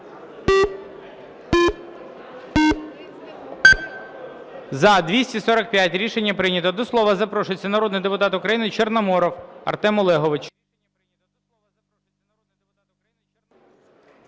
За-245 Рішення прийнято. До слова запрошується народний депутат України Чорноморов Артем Олегович.